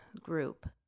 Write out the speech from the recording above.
group